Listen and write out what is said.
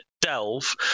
Delve